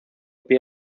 pie